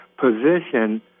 position